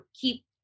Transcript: keep